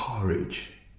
courage